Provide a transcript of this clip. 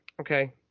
okay